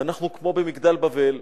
ואנחנו כמו במגדל בבל,